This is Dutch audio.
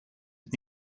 het